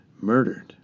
murdered